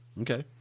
Okay